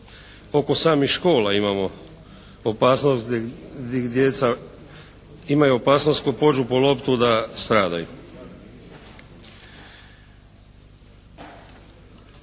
oko samih škola imamo opasnost gdje djeca imaju opasnost ako pođu po loptu da stradaju.